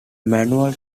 manual